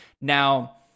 Now